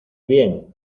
bien